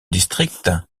district